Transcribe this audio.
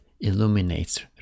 illuminates